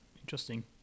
Interesting